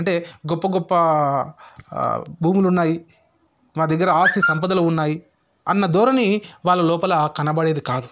అంటే గొప్ప గొప్ప భూములు ఉన్నాయి మా దగ్గర ఆస్తి సంపదలు ఉన్నాయి అన్న ధోరణి వాళ్ళ లోపల కనబడేది కాదు